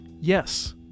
Yes